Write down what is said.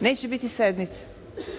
neće biti sednice.